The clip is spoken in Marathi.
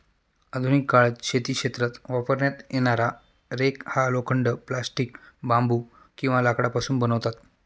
आधुनिक काळात शेती क्षेत्रात वापरण्यात येणारा रेक हा लोखंड, प्लास्टिक, बांबू किंवा लाकडापासून बनवतात